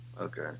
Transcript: Okay